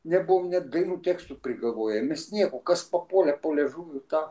nebuvom net dainų tekstų prigalvoję mes nieko kas papuolė po liežuviu tą